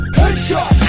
headshot